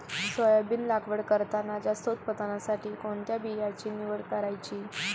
Soybean लागवड करताना जास्त उत्पादनासाठी कोणत्या बियाण्याची निवड करायची?